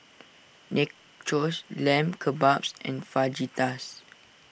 Nachos Lamb Kebabs and Fajitas